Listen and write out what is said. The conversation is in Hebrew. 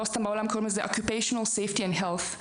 לא סתם בעולם קוראים לזה occupational safety and health,